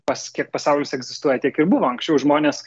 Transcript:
pas kiek pasaulis egzistuoja tiek ir buvo anksčiau žmonės